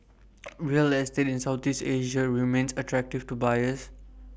real estate in Southeast Asia remains attractive to buyers